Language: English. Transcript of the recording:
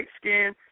Skin